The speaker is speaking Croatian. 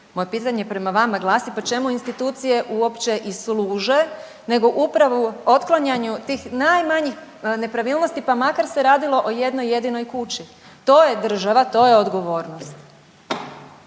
Moje pitanje prema glasi pa čemu institucije uopće i služe nego upravo otklanjanju tih najmanjih nepravilnosti pa makar se radilo o jednoj jedinoj kući. To je država, to je odgovornost.